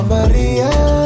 Maria